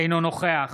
אינו נוכח